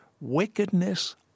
wickedness